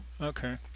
Okay